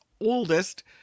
oldest